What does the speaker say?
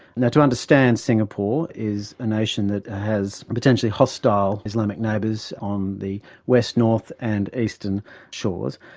now, to understand, singapore is a nation that has potentially hostile islamic neighbours on the west, north and eastern shores,